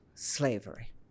slavery